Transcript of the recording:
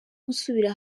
gusubira